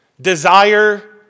desire